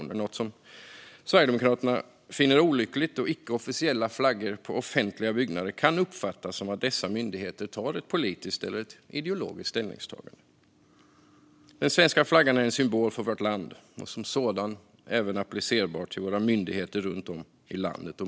Detta är något som Sverigedemokraterna finner olyckligt, då icke-officiella flaggor på offentliga byggnader kan uppfattas som att dessa myndigheter gör ett politiskt eller ideologiskt ställningstagande. Den svenska flaggan är en symbol för vårt land och som sådan även applicerbar på våra myndigheter runt om i landet.